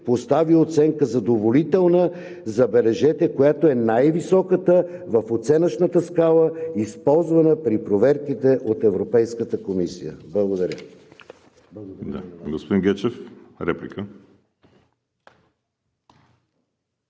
постави оценка „задоволителна“, забележете, която е най-високата в оценъчната скала, използвана при проверките от Европейската комисия. Благодаря.